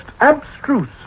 abstruse